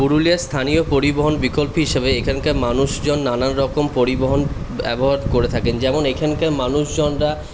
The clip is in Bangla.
পুরুলিয়ার স্থানীয় পরিবহন বিকল্প হিসাবে এখানকার মানুষজন নানানরকম পরিবহন ব্যবহার করে থাকেন যেমন এখানকার মানুষজনরা